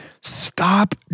Stop